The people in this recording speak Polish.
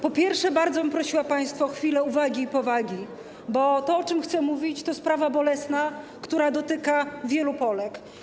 Po pierwsze, bardzo bym prosiła państwo o chwilę uwagi i powagi, bo to, o czym chcę mówić, to sprawa bolesna, która dotyka wiele Polek.